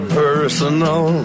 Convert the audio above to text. personal